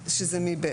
שזה מ-(ב).